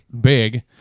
big